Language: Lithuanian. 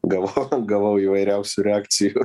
gavau gavau įvairiausių reakcijų